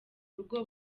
rugo